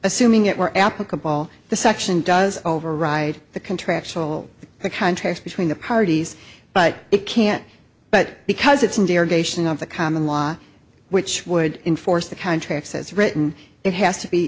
assuming it were applicable the section does override the contractual the contrast between the parties but it can't but because it's in derogation of the common law which would enforce the contract says written it has to be